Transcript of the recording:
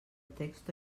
text